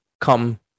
come